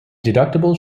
deductible